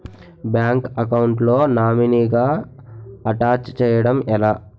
Bank account లో నామినీగా attach చేయడం ఎలా?